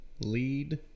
lead